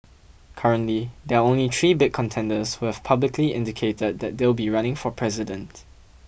currently there are only three big contenders who've publicly indicated that they'll be running for president